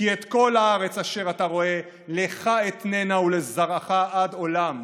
"כי את כל הארץ אשר אתה ראה לך אתננה ולזרעך עד עולם".